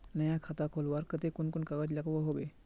नया खाता खोलवार केते कुन कुन कागज लागोहो होबे?